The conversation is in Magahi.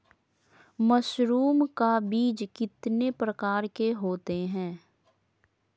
मशरूम का बीज कितने प्रकार के होते है?